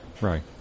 Right